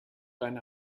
deine